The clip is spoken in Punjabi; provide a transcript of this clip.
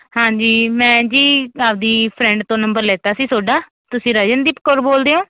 ਹਾਂਜੀ ਮੈਂ ਜੀ ਆਪ ਦੀ ਫਰੈਂਡ ਤੋਂ ਨੰਬਰ ਲਿੱਤਾ ਸੀ ਤੁਹਾਡਾ ਤੁਸੀਂ ਰਜਨਦੀਪ ਕੌਰ ਬੋਲਦੇ ਹੋ